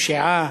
לפשיעה